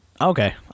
Okay